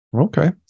Okay